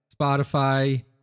Spotify